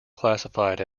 classified